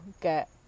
get